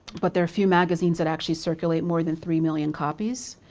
but there are few magazines that actually circulate more than three million copies.